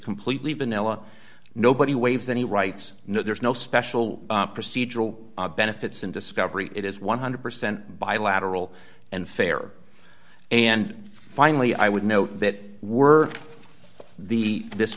completely vanilla nobody waves any rights no there's no special procedural benefits and discovery it is one hundred percent bilateral and fair and finally i would note that were the this